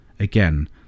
Again